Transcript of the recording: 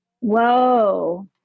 Whoa